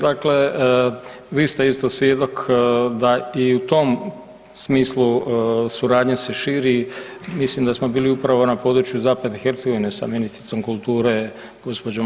Dakle, vi ste isto svjedok da i u tom smislu suradnje se širi, mislim da smo bili upravo na području zapadne Hercegovine sa ministricom kulture, gđo.